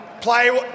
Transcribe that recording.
play